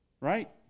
right